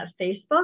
Facebook